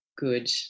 good